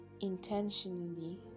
intentionally